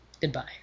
Goodbye